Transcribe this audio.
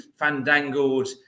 fandangled